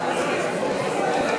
הוועדה, נתקבלו.